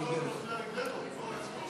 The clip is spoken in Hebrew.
התשע"ז 2017,